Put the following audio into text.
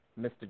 Mr